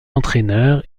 entraîneur